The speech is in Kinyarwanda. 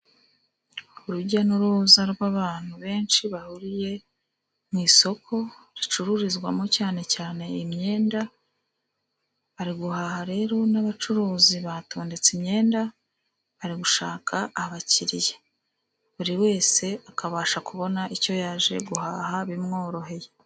Urujya n'uruza rw'abantu benshi bahuriye mu isoko, ricururizwamo cyane cyane imyenda, bari guhaha rero n'abacuruzi batondetse imyenda, bari gushaka abakiriya. Buri wese akabasha kubona icyo yaje guhaha bimworoheye.